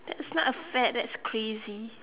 that's not a fad that's crazy